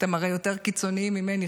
אתם הרי יותר קיצוניים ממני,